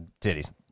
titties